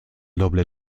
doble